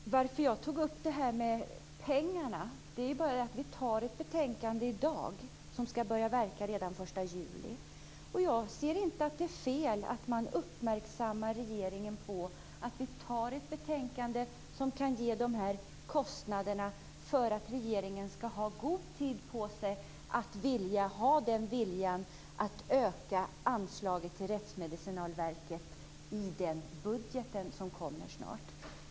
Fru talman! Att jag tog upp frågan om pengarna beror på att vi i dag tar ställning till ett betänkande med verkan redan fr.o.m. den 1 juli. Jag anser inte att det är fel att uppmärksamma regeringen på att förslagen i betänkandet föranleder vissa kostnader. Regeringen kan då hinna öka anslaget till Rättsmedicinalverket i den budget som snart kommer att läggas fram.